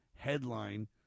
headline